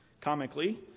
comically